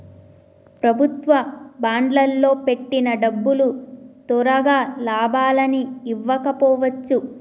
ప్రభుత్వ బాండ్లల్లో పెట్టిన డబ్బులు తొరగా లాభాలని ఇవ్వకపోవచ్చు